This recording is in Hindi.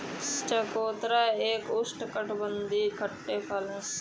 चकोतरा एक उष्णकटिबंधीय खट्टे फल है